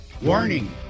Warning